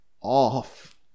off